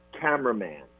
cameraman